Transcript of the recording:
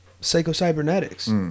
Psycho-Cybernetics